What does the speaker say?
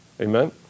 amen